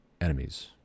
enemies